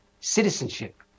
citizenship